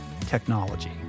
technology